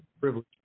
privilege